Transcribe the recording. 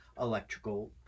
electrical